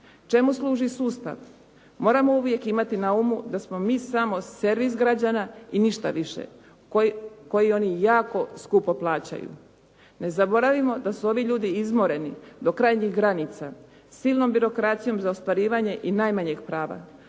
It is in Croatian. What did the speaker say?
Čemu služi sustav? Moramo uvijek imati na umu da smo mi samo servis građana i ništa više, koji oni jako skupo plaćaju. Ne zaboravimo da su ovi ljudi izmoreni do krajnjih granica silnom birokracijom za ostvarivanje i najmanjeg prava.